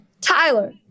Tyler